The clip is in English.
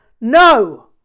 No